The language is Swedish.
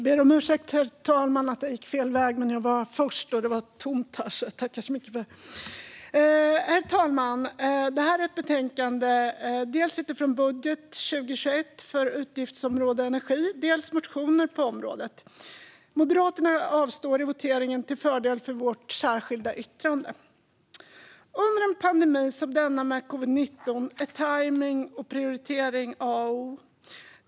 Herr talman! Detta är ett betänkande dels utifrån budgeten 2021 för utgiftsområdet Energi, dels motioner på området. Vi i Moderaterna avstår i voteringen till fördel för vårt särskilda yttrande. Under en pandemi som denna med covid-19 är tajmning och prioritering A och O.